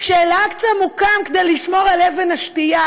שאל-אקצא מוקם כדי לשמור על אבן השתייה,